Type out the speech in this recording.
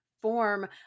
form